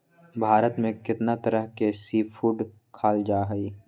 भारत में कितना तरह के सी फूड खाल जा हई